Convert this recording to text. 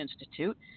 Institute